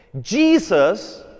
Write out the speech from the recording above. Jesus